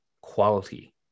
quality